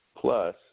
Plus